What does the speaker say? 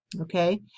Okay